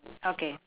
okay